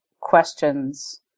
questions